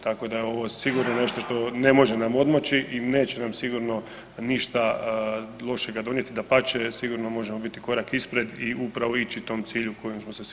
Tako da je ovo sigurno nešto što ne može nam odmoći i neće nam sigurno ništa lošega donijeti, dapače, sigurno možemo biti korak ispred i upravo ići u tom cilju kojem smo se svi odredili.